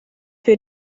wird